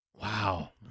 Wow